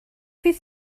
fydd